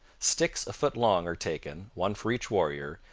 sticks a foot long are taken, one for each warrior,